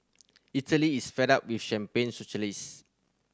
Italy is fed up with champagne socialist